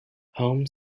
home